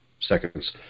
seconds